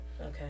Okay